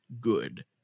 good